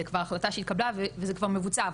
זו החלטה שכבר התקבלה וזה כבר מבוצע,